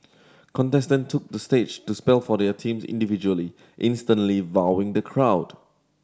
contestant took the stage to spell for their teams individually instantly wowing the crowd